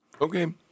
Okay